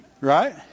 Right